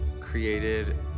created